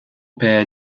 père